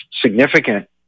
significant